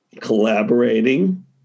collaborating